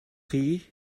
chi